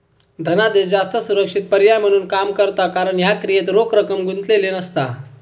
धनादेश जास्त सुरक्षित पर्याय म्हणून काम करता कारण ह्या क्रियेत रोख रक्कम गुंतलेली नसता